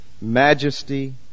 majesty